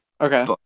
Okay